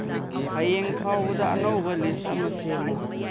ꯍꯌꯦꯡ ꯐꯥꯎꯕꯗ ꯑꯅꯧꯕ ꯂꯤꯁ ꯑꯃ ꯁꯦꯝꯃꯨ